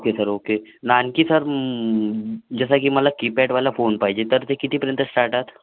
okay sir okay ना आणखी sir जसं की मला कीपॅडवाला फोन पाहिजे तर ते कितीपर्यंत स्टार्टात